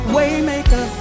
Waymaker